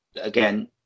again